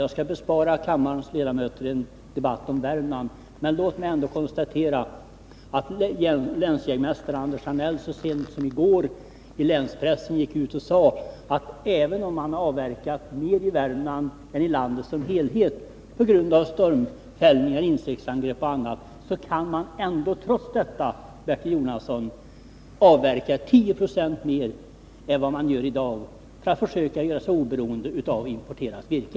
Jag skall bespara kammarens ledamöter en debatt om Värmland, men låt mig ändå konstatera, Bertil Jonasson, att länsjägmästare Anders Arnell så sent som i går gick ut och sade ilänspressen att man, även om man har avverkat mer i Värmland än i landet som helhet — på grund av stormfällning, insektsangrepp och annat — kan avverka 10 96 mer än i dag för att försöka göra sig oberoende av importerat virke.